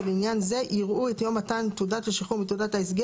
ולעניין זה יראו את יום מתן תעודת השחרור מתחנת ההסדר